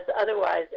otherwise